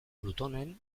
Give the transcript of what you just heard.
plutonen